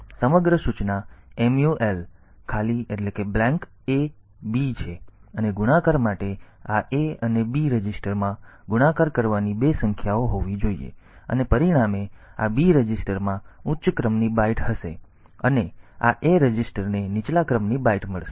તેથી સમગ્ર સૂચના MUL ખાલી A B છે અને ગુણાકાર માટે આ A અને B રજિસ્ટરમાં ગુણાકાર કરવાની બે સંખ્યાઓ હોવી જોઈએ અને પરિણામે આ B રજિસ્ટરમાં ઉચ્ચ ક્રમની બાઈટ હશે અને આ A રજિસ્ટરને નીચલા ક્રમની બાઈટ મળશે